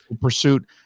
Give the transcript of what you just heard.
pursuit